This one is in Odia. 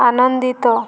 ଆନନ୍ଦିତ